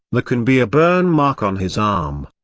but can be a burn mark on his arm.